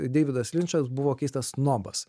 deividas linčas buvo keistas snobas